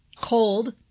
cold